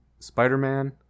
Spider-Man